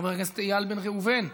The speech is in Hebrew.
חבר הכנסת איל בן ראובן,